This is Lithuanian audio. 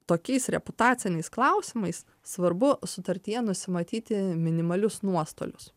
tokiais reputaciniais klausimais svarbu sutartyje nusimatyti minimalius nuostolius